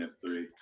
three